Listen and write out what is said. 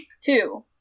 Two